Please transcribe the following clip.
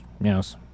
yes